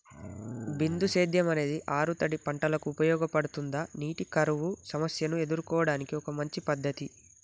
బిందు సేద్యం అనేది ఆరుతడి పంటలకు ఉపయోగపడుతుందా నీటి కరువు సమస్యను ఎదుర్కోవడానికి ఒక మంచి పద్ధతి?